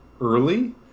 early